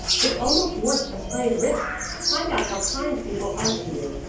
it's almost worth a sprained wrist to find out how kind people are to you,